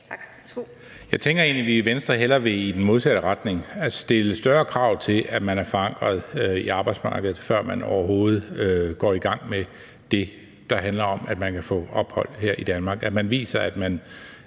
Jeg tænker egentlig, at vi i Venstre hellere vil i den modsatte retning: at stille større krav til, at man er forankret i arbejdsmarkedet, før man overhovedet går i gang med det, der handler om, at man kan få ophold her i Danmark,